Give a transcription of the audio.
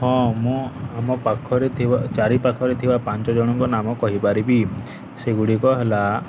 ହଁ ମୁଁ ଆମ ପାଖରେ ଥିବା ଚାରି ପାାଖରେ ଥିବା ପାଞ୍ଚ ଜଣଙ୍କ ନାମ କହିପାରିବି ସେଗୁଡ଼ିକ ହେଲା